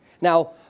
Now